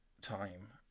time